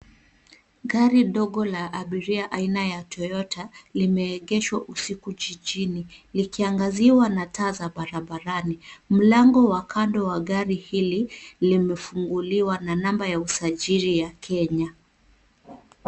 Gari dogo la abiria aina ya Toyota limeegeshwa usiku jijini, likiangaziwa na taa za barabarani. Mlango wa kando wa gari hili limefunguliwa na namba ya usajili ya Kenya.